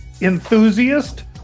enthusiast